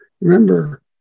Remember